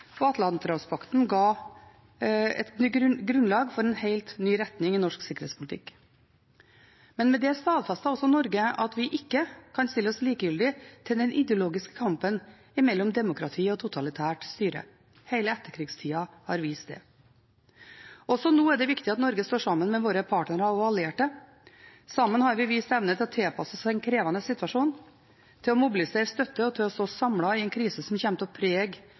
og Atlanterhavspakten ga grunnlag for en helt ny retning i norsk sikkerhetspolitikk. Med det stadfestet også Norge at vi ikke kan stille oss likegyldig til den ideologiske kampen mellom demokrati og totalitært styre. Hele etterkrigstida har vist det. Også nå er det viktig at Norge står sammen med våre partnere og allierte. Sammen har vi vist evne til å tilpasse oss en krevende situasjon, til å mobilisere støtte og til å stå samlet i en krise som kommer til å prege